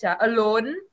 Alone